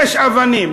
יש אבנים.